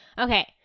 okay